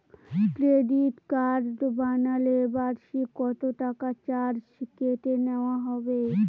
Credit card বানালে বার্ষিক কত টাকা চার্জ কেটে নেওয়া হবে?